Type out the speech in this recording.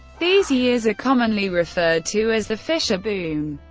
these years are commonly referred to as the fischer boom.